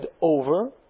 over